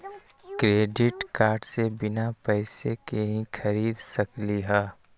Credit card से बिना पैसे के ही खरीद सकली ह?